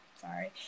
sorry